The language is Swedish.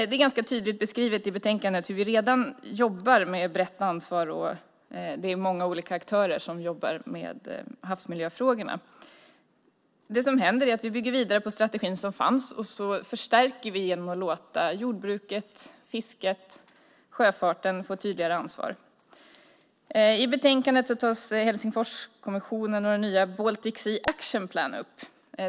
Det är ganska tydligt beskrivet i betänkandet hur vi redan jobbar med brett ansvar, och det är många olika aktörer som jobbar med havsmiljöfrågorna. Det som händer är att vi bygger vidare på den strategi som fanns, och så förstärker vi genom att låta jordbruket, fisket, sjöfarten få tydligare ansvar. I betänkandet tas Helsingforskommissionen och den nya Baltic Sea Action Plan upp.